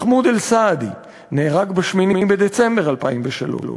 מחמוד אלסעדי נהרג ב-8 בדצמבר 2003,